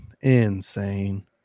insane